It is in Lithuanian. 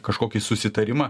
kažkokį susitarimą